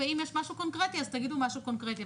ואם יש משהו קונקרטי אז תגידו משהו קונקרטי.